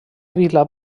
vil·la